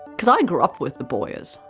because i grew up with the boyers,